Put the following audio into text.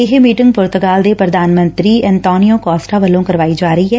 ਇਹ ਮੀਟਿੰਗ ਪੁਰਤਗਾਲ ਦੇ ਪ੍ਰਧਾਨ ਮੰਤਰੀ ਐਨਤੋਨੀਓ ਕੋਸਟਾ ਵੱਲੋ' ਕਰਵਾਈ ਜਾ ਰਹੀ ਐ